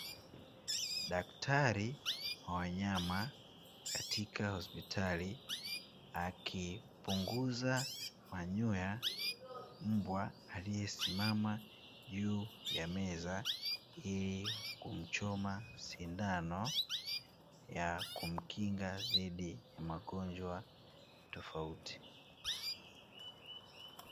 Daktari wa wanyama katika hospitali akipunguza manyonya mbwa aliyesimama juu ya meza, ili kumchoma sindano ya kumkinga dhidi ya magonjwa tofauti.